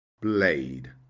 blade